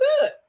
good